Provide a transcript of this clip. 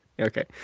Okay